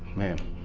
ma'am.